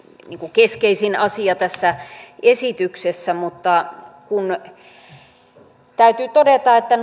keskeisin asia tässä esityksessä mutta täytyy todeta että